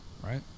Right